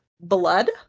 blood